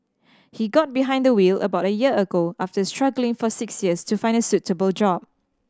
he got behind the wheel about a year ago after struggling for six years to find a suitable job